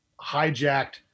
hijacked